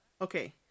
okay